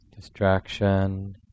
Distraction